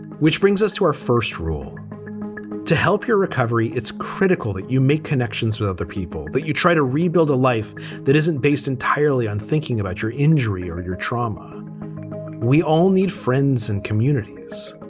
which brings us to our first rule to help your recovery. it's critical that you make connections with other people, that you try to rebuild a life that isn't based entirely on thinking about your injury or your trauma we all need friends and communities